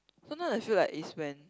sometimes I feel like is when